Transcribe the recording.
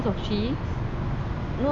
because of cheese